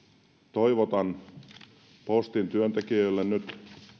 toivon postin työntekijöille nyt